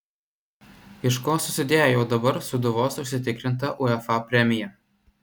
iš ko susidėjo jau dabar sūduvos užsitikrinta uefa premija